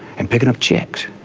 and picking up chicks.